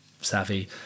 savvy